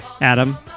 Adam